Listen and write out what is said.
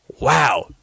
wow